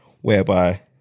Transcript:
whereby